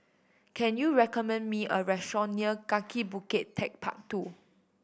can you recommend me a restaurant near Kaki Bukit Techpark Two